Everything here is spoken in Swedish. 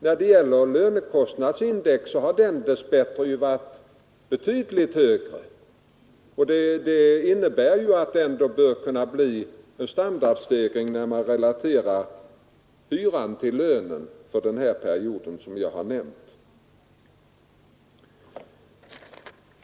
Höjningen av lönekostnadsindex har dess bättre varit betydligt högre, och detta innebär att det bör ha blivit en standardstegring när man relaterar hyran till lönen för den period som jag nämnt.